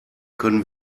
können